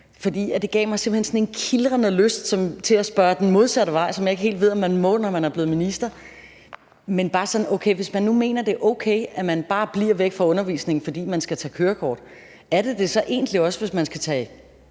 hen sådan en kildrende lyst til at spørge den modsatte vej, hvilket jeg ikke helt ved om man må, når man er blevet minister. Men hvis man nu mener, at det er okay, at elever bare bliver væk fra undervisningen, fordi de skal tage kørekort, er det det så egentlig også, hvis de skal tage et